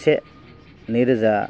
से नैरोजा